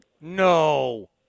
No